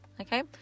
Okay